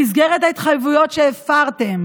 במסגרת ההתחייבויות שהפרתם,